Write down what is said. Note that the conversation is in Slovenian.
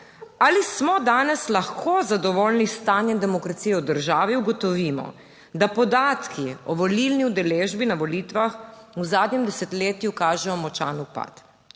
ali smo danes lahko zadovoljni s stanjem demokracije v državi, ugotovimo, da podatki o volilni udeležbi na volitvah v zadnjem desetletju kažejo močan upad.